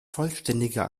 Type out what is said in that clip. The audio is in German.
vollständiger